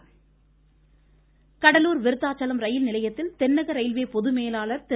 Cuddalore Cuddalore Virudhachalam rail நிலையத்தில் தென்னக railway பொது மேலாளர் திரு